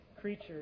creature